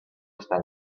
estar